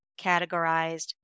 categorized